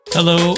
Hello